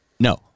No